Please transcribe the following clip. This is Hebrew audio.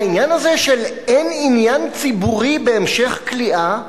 העניין הזה של "אין עניין ציבורי בהמשך כליאה",